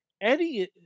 Eddie